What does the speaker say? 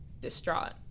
distraught